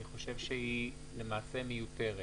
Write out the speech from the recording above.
אני חושב שהיא למעשה מיותרת.